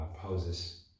poses